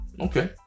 okay